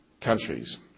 countries